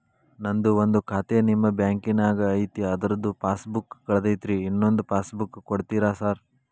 ನಂದು ಒಂದು ಖಾತೆ ನಿಮ್ಮ ಬ್ಯಾಂಕಿನಾಗ್ ಐತಿ ಅದ್ರದು ಪಾಸ್ ಬುಕ್ ಕಳೆದೈತ್ರಿ ಇನ್ನೊಂದ್ ಪಾಸ್ ಬುಕ್ ಕೂಡ್ತೇರಾ ಸರ್?